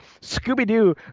Scooby-Doo